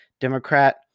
Democrat